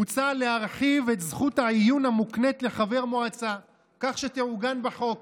מוצע להרחיב את זכות העיון המוקנית לחבר מועצה כך שתעוגן בחוק,